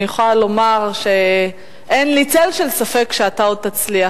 אני יכולה לומר שאין לי צל של ספק שאתה עוד תצליח.